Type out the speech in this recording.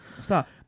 Stop